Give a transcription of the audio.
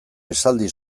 esaldi